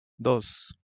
dos